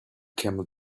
camel